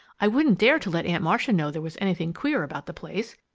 i wouldn't dare to let aunt marcia know there was anything queer about the place.